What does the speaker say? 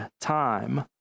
time